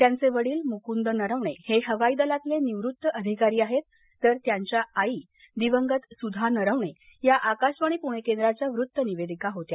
त्यांचे वडील मुकूंद नरवणे हे हवाई दलातले निवृत्त अधिकारी आहेत तर त्यांच्या आई दिवंगत सुधा नरवणे या आकाशवाणी पूणे केंद्राच्या वृत्त निवेदक होत्या